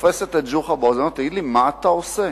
תופסת את ג'וחא באוזנו: תגיד לי מה אתה עושה.